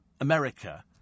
America